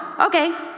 Okay